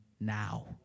now